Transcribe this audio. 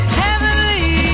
heavenly